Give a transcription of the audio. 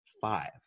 five